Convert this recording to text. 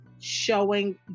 showing